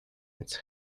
its